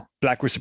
black